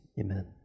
amen